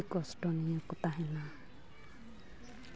ᱠᱚᱥᱴᱚ ᱱᱚᱭᱮ ᱠᱚ ᱛᱟᱦᱮᱱᱟ